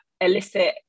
elicit